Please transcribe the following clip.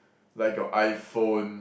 like your iPhone